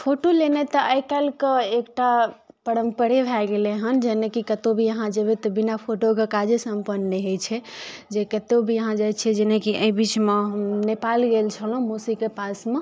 photo लेनाइ तऽ आइ काल्हिके एकटा परम्परे भए गेलैहन जेनाकि कतौ भी अहाँ जेबै तऽ बिना फोटोके काजे सम्पन्न नहि होइ छै जे कतौ भी अहाँ जाइ छियै जेनाकि अइ बीचमे हम नेपाल गेल छलहुँ मौसीके पासमे